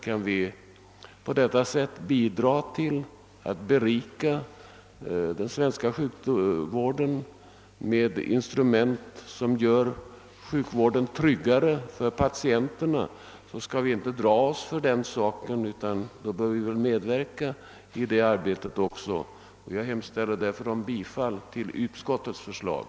Kan vi bidra till att berika den svenska sjukvården med ett instrument som gör sjukvården tryggare för patienterna, bör vi enligt min mening inte dra oss undan, utan då bör vi medverka i det arbetet. Jag hemställer därför om bifall till utskottets förslag.